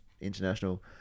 international